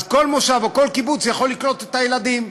אז כל מושב או כל קיבוץ יכול לקלוט את הילדים.